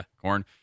corn